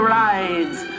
rides